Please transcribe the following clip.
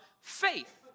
faith